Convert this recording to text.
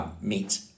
meat